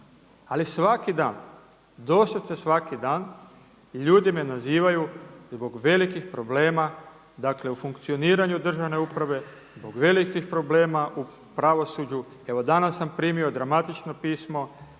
Ali svaki dan, doslovce svaki dan, ljudi me nazivaju zbog velikih problema dakle u funkcioniranju državne uprave, zbog velikih problema u pravosuđu. Evo danas sam primio dramatično pismo,